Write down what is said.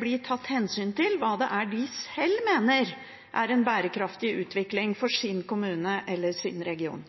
blir tatt hensyn til hva det er de selv mener er en bærekraftig utvikling for sin kommune eller sin region?